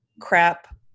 crap